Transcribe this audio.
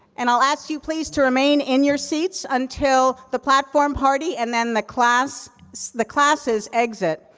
and i'll ask you please, to remain in your sits until the platform party and then, the class the classes exit.